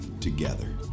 together